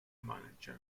manager